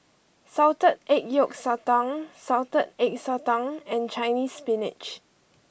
Salted Egg Yolk Sotong Salted Egg Sotong and Chinese Spinach